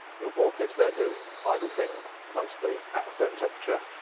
your board sits there doing idle things mostly, at a certain temperature,